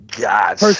god